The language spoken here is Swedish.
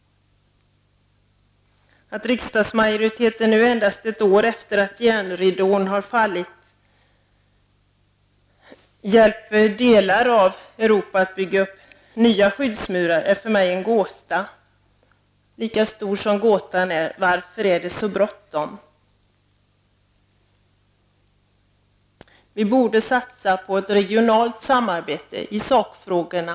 Att riskdagsmajoriteten nu, endast ett år efter det att järnridån har fallit, hjälper delar av Europa att bygga upp nya skyddsmurar är för mig en gåta. Det här är lika gåtfullt som detta med att det skall vara så bråttom. Vi borde satsa på ett regionalt samarbete i sakfrågorna.